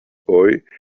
boy